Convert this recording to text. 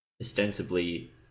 ostensibly